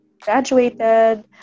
graduated